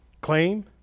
claim